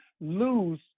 lose